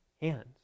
hands